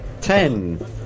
Ten